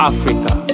Africa